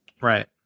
Right